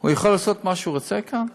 הוא יכול לעשות מה שהוא רוצה כאן במדינה?